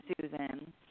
Susan